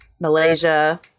Malaysia